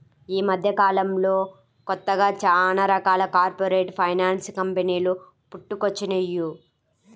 యీ మద్దెకాలంలో కొత్తగా చానా రకాల కార్పొరేట్ ఫైనాన్స్ కంపెనీలు పుట్టుకొచ్చినియ్యి